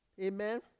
Amen